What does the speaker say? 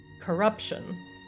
corruption